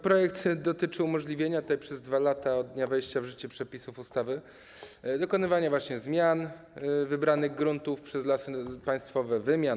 Projekt dotyczy umożliwienia przez 2 lata od dnia wejścia w życie przepisów ustawy dokonywania zamian wybranych gruntów przez Lasy Państwowe, wymian.